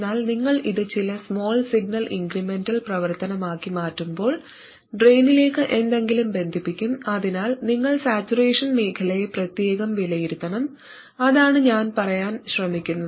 എന്നാൽ നിങ്ങൾ ഇത് ചില സ്മാൾ സിഗ്നൽ ഇൻക്രെമെന്റൽ പ്രവർത്തനമാക്കി മാറ്റുമ്പോൾ ഡ്രെയിനിലേക്ക് എന്തെങ്കിലും ബന്ധിപ്പിക്കും അതിനാൽ നിങ്ങൾ സാച്ചുറേഷൻ മേഖലയെ പ്രത്യേകം വിലയിരുത്തണം അതാണ് ഞാൻ പറയാൻ ശ്രമിക്കുന്നത്